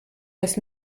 das